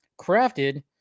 crafted